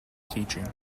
teaching